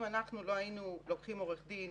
אם אנחנו לא היינו לוקחים עורך דין,